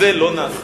וזה לא נעשה.